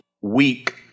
weak